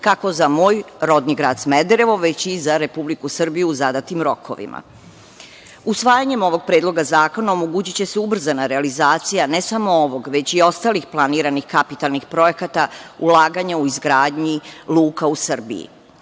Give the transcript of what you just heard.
kako za moj rodni grad Smederevo, tako i za Republiku Srbiju u zadatim rokovima. Usvajanjem ovog Predloga zakona omogućiće se ubrzana realizacija ne samo ovog, već i ostalih planiranih kapitalnih projekata, ulaganja u izgradnji luka u Srbiji. Kada